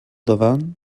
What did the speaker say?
davant